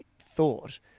thought